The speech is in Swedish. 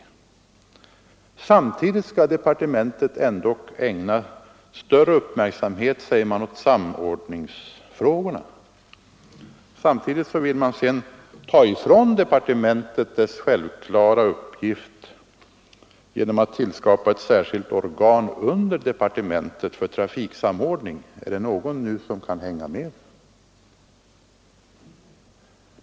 Departementet skall, säger man, ägna större uppmärksamhet åt samordningsfrågorna. Men samtidigt vill man ta ifrån departementet dess självklara uppgift genom att tillskapa ett särskilt organ under departementet för trafiksamordning. Är det någon som nu kan hänga med?